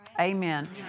Amen